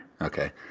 Okay